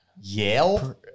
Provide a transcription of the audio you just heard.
Yale